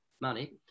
money